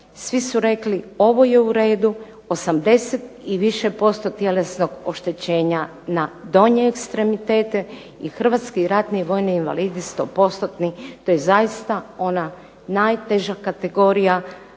Svi su rekli, ovo je u redu, 80 i više posto tjelesnog oštećenja na donje ekstremitete i Hrvatski ratni vojni invalidi 100%-tni to je zaista ona najteža kategorija